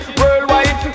worldwide